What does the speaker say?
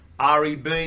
REB